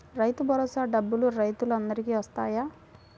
రైతు భరోసా డబ్బులు రైతులు అందరికి వస్తాయా?